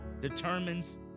determines